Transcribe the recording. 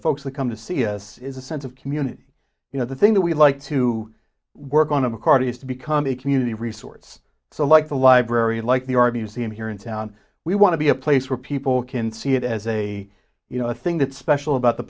folks that come to see this is a sense of community you know the thing that we like to work on a card is to become a community resorts so like the library like the r b o c and here in town we want to be a place where people can see it as a you know a thing that special about the